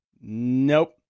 Nope